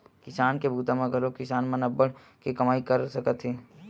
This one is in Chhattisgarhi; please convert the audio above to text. किसानी के बूता म घलोक किसान मन अब्बड़ के कमई कर सकत हे